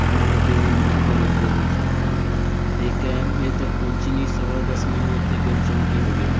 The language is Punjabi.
ਗੁਰੂ ਨਾਨਕ ਦੇਵ ਇੰਜਨੀਅਰਿੰਗ ਕੋਲਜ ਦੇ ਵਿੱਚ ਅਤੇ ਕੈਬ ਹਜੇ ਤੱਕ ਪਹੁੰਚੀ ਨਹੀਂ ਸਵਾ ਦਸ ਮੈਨੂੰ ਇੱਥੇ ਗਿੱਲ ਚੌਂਕ ਹੀ ਹੋ ਗਏ